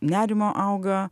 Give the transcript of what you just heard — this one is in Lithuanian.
nerimo auga